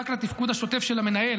רק לתפקוד השוטף של המנהל,